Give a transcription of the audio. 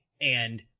And-